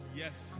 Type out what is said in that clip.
yes